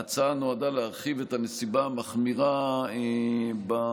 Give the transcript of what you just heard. ההצעה נועדה להרחיב את הנסיבה המחמירה במקרים